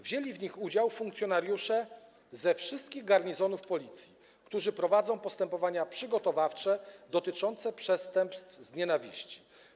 Wzięli w nich udział funkcjonariusze ze wszystkich garnizonów Policji, którzy prowadzą postępowania przygotowawcze dotyczące przestępstw z nienawiści.